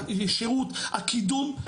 השירות, הקידום.